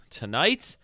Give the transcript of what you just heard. tonight